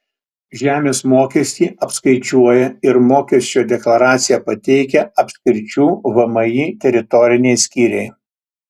žemės mokestį apskaičiuoja ir mokesčio deklaraciją pateikia apskričių vmi teritoriniai skyriai